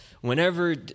Whenever